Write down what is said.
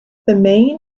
main